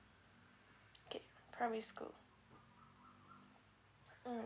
okay primary school mm